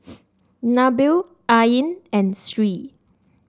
Nabil Ain and Sri